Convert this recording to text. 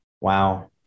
Wow